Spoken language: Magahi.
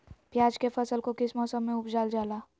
प्याज के फसल को किस मौसम में उपजल जाला?